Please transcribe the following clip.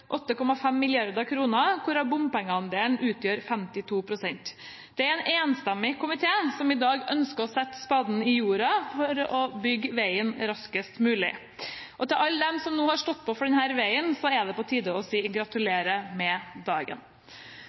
8,5 mrd. kr, hvorav bompengeandelen utgjør 52 pst. Det er en enstemmig komité som i dag ønsker å sette spaden i jorda for å bygge veien raskest mulig. Og til alle dem som har stått på for denne veien, er det på tide å si: Gratulerer med dagen!